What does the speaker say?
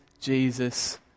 Jesus